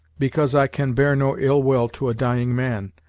because i can bear no ill-will to a dying man,